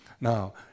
Now